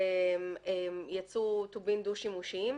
ייצוא טובין דו שימושיים,